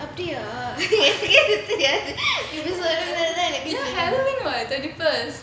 அப்டியா எனக்கே தெரியாது இவை செல்லும் போது தான் எனக்கே தெரியுது:apdiyaa enakae teriyaathu ava sollumpothu thaan enakae teriyuthu yes yes